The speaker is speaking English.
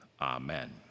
amen